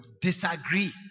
disagree